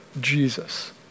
Jesus